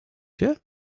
się